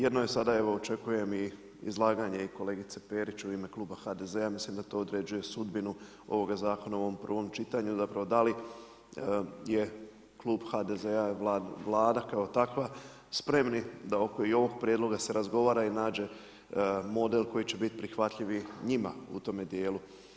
Jedno je sada evo očekujem izlaganje i kolegice Perić u ime kluba HDZ-a, mislim da to određuje sudbinu ovoga zakona u ovom prvom čitanju da li je klub HDZ-a i Vlada kao takva spremni da se i oko ovog prijedloga se razgovara i nađe model koji će biti prihvatljiv i njima u tome dijelu.